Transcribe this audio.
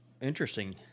interesting